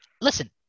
Listen